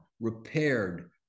repaired